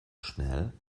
schnell